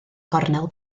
gornel